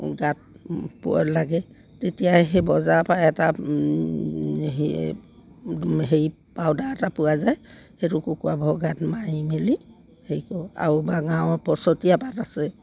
গাত পৰ লাগে তেতিয়া সেই বজাৰৰপৰা এটা সেই হেৰি পাউদাৰ এটা পোৱা যায় সেইটো কুকুৰাবোৰৰ গাত মাৰি মেলি হেৰি কৰোঁ আৰু বা গাঁৱৰ পচতীয়া পাত আছে